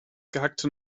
gehackte